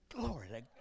Glory